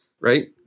Right